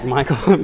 Michael